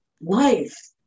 life